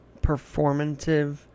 performative